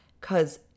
Cause